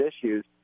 issues